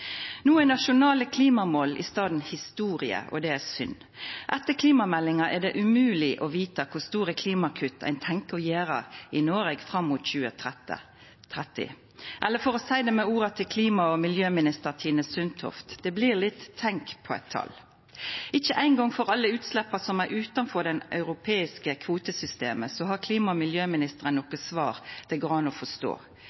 No er nasjonale klimamål i staden historie, og det er synd. Etter klimameldinga er det umogleg å vita kor store klimakutt ein tenkjer å gjera i Noreg fram mot 2030. Eller for å seia det med orda til klima- og miljøminister Tine Sundtoft: Det blir litt tenk på eit tal. Ikkje eingong for alle utsleppa som er utanfor det europeiske kvotesystemet, har klima- og miljøministeren